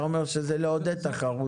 אתה אומר שזה נעשה לעודד תחרות.